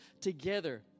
together